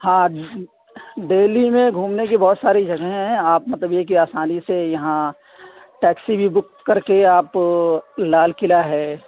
ہاں دہلی میں گھومنے کی بہت ساری جگہیں ہیں آپ مطلب یہ کہ آسانی سے یہاں ٹیکسی بھی بک کر کے آپ لال قلعہ ہے